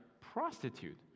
prostitute